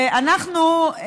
ואנחנו,